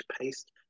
paste